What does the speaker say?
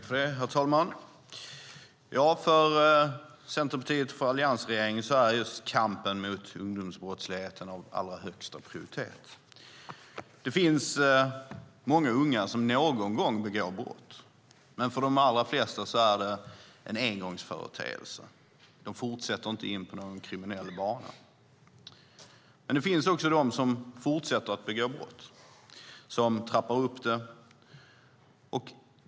Herr talman! För Centerpartiet och alliansregeringen är kampen mot ungdomsbrottsligheten av allra högsta prioritet. Det finns många unga som någon gång begår något brott. För de allra flesta är det en engångsföreteelse. De fortsätter inte in på en kriminell bana. Men de finns också de som fortsätter att begå brott och trappar upp det.